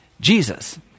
Jesus